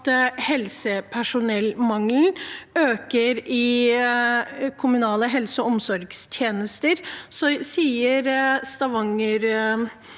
at helsepersonellmangelen øker i kommunale helse- og omsorgstjenester.